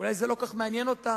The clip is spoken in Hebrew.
אולי זה לא כל כך מעניין אותם.